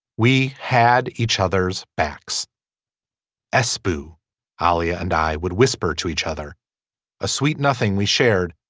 we had each other's backs s boo ali and i would whisper to each other a sweet nothing we shared.